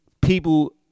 people